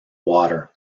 water